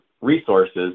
resources